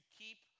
keep